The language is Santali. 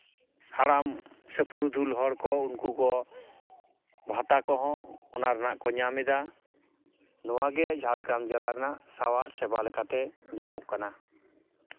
ᱦᱟᱲᱟᱢ ᱥᱮ ᱯᱩᱨᱩᱫᱷᱩᱞ ᱦᱚᱲᱠᱚ ᱩᱱᱠᱩ ᱠᱚ ᱵᱷᱟᱛᱟ ᱠᱚᱦᱚᱸ ᱚᱱᱟ ᱨᱮᱱᱟᱜ ᱠᱚ ᱧᱟᱢᱮᱫᱟ ᱱᱚᱣᱟᱜᱮ ᱡᱷᱟᱲᱜᱨᱟᱢ ᱡᱮᱞᱟ ᱨᱮᱱᱟᱜ ᱥᱟᱶᱟᱨ ᱥᱮᱵᱟ ᱞᱮᱠᱟᱛᱮ ᱧᱟᱢᱚᱜ ᱠᱟᱱᱟ